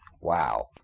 Wow